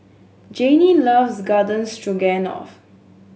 Janey loves Garden Stroganoff